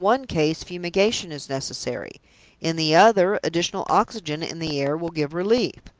in the one case, fumigation is necessary in the other, additional oxygen in the air will give relief.